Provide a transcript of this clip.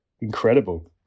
Incredible